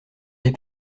tes